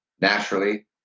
Naturally